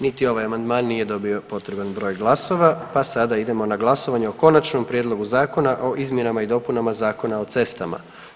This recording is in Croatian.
Niti ovaj amandman nije dobio potreban broj glasova pa sada idemo na glasovanje o Konačnom prijedlogu zakona o izmjenama i dopunama Zakona o cestama.